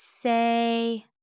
say